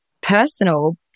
personal